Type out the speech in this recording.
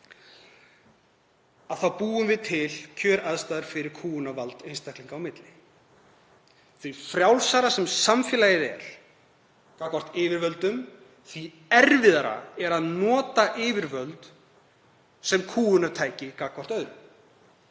búum við til kjöraðstæður fyrir kúgunarvald einstaklinga á milli. Því frjálsara sem samfélagið er gagnvart yfirvöldum því erfiðara er að nota yfirvöld sem kúgunartæki gagnvart öðrum.